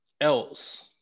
else